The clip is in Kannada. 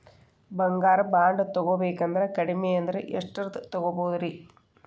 ಬಂಗಾರ ಬಾಂಡ್ ತೊಗೋಬೇಕಂದ್ರ ಕಡಮಿ ಅಂದ್ರ ಎಷ್ಟರದ್ ತೊಗೊಬೋದ್ರಿ?